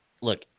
look